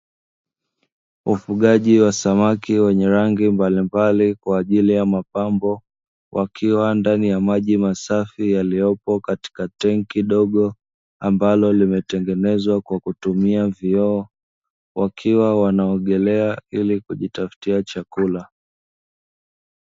Ufugaji wa samaki wenye rangi mbalimbali kwa ajili ya mapambo ,wakiwa ndani ya maji masafi yaliyopo katika tenki dogo ambalo limetengenezwa kwa kutumia vioo wakiwa wanaogelea ili kujitafutia chakula.